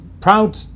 proud